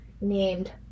named